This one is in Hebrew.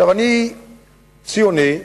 אני ציוני,